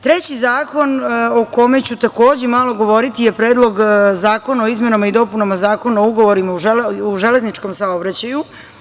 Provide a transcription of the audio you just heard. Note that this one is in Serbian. Treći zakon o kojem ću takođe malo govoriti je Predlog zakona o izmenama i dopunama Zakona o ugovorima u železničkom saobraćaju.